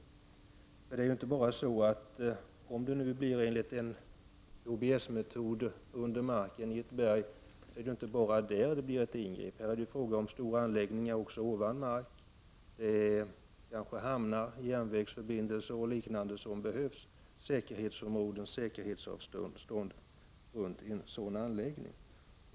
Även om det blir lagring enligt KBS:s metod, under marken i ett berg, blir ingreppen inte bara där. Det blir fråga om stora anläggningar också ovan mark: hamnar, järnvägsförbindelser och liknande som behövs, säkerhetsområden, säkerhetsavstånd runt en sådan anläggning.